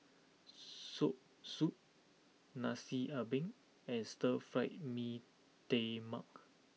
Soursop Nasi Ambeng and Stir Fry Mee Tai Mak